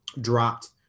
dropped